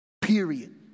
Period